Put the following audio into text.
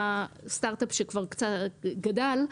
כסטארט-אפ שגדל,